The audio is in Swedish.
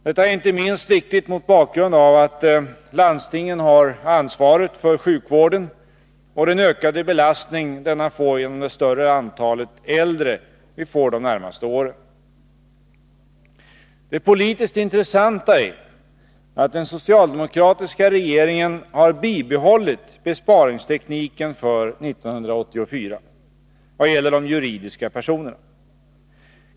Detta är inte minst viktigt mot bakgrund av att landstingen har ansvar för sjukvården och den ökade belastning denna får genom det större antalet äldre vi får de närmaste åren. Det politiskt intressanta är att den socialdemokratiska regeringen har bibehållit besparingstekniken för 1984 vad gäller de juridiska personerna.